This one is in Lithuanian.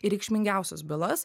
ir reikšmingiausias bylas